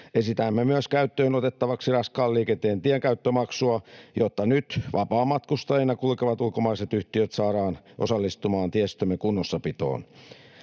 Esitämme myös käyttöönotettavaksi raskaan liikenteen tienkäyttömaksua, jotta nyt vapaamatkustajina kulkevat ulkomaiset yhtiöt saadaan osallistumaan tiestömme kunnossapitoon.